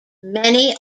many